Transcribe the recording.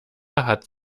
hat